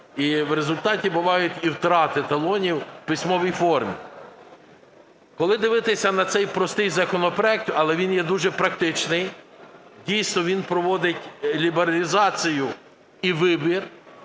і в результаті бувають і втрати таланів у письмовій формі. Коли дивитися на цей простий законопроект, але він є дуже практичний, дійсно, він проводить лібералізацію і вибір.